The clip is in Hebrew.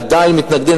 עדיין מתנגדים,